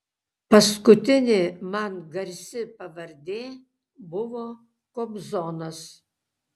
paskutinė man garsi pavardė buvo kobzonas